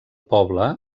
poble